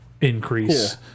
increase